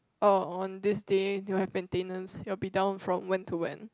oh on this day they will have maintenance it will be down from when to when